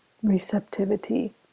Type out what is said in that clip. receptivity